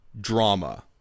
drama